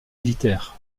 militaires